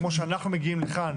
כמו שאנחנו מגיעים לכאן